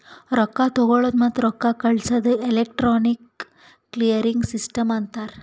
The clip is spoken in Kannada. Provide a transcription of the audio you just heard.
ರೊಕ್ಕಾ ತಗೊಳದ್ ಮತ್ತ ರೊಕ್ಕಾ ಕಳ್ಸದುಕ್ ಎಲೆಕ್ಟ್ರಾನಿಕ್ ಕ್ಲಿಯರಿಂಗ್ ಸಿಸ್ಟಮ್ ಅಂತಾರ್